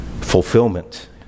fulfillment